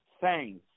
thanks